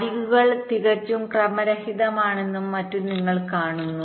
അരികുകൾ തികച്ചും ക്രമരഹിതമാണെന്നും മറ്റും നിങ്ങൾ കാണുന്നു